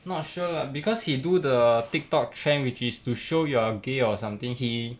not sure lah because he do the TikTok trend which is to show you are gay or something he